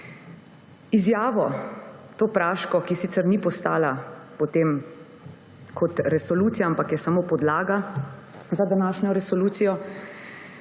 izjavo, ki sicer ni postala potem resolucija, ampak je samo podlaga za današnjo resolucijo,